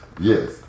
Yes